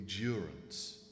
endurance